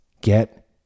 get